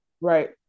Right